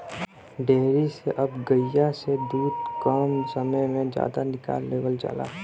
dairy से अब गइया से दूध कम समय में जादा निकाल लेवल जाला